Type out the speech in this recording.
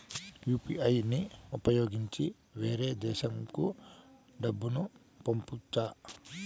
UPI ని ఉపయోగించి వేరే దేశంకు డబ్బును పంపొచ్చా?